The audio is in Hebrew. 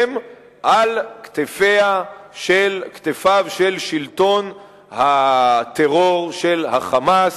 הן על כתפיו של שלטון הטרור של ה"חמאס",